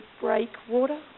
Breakwater